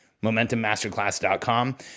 MomentumMasterclass.com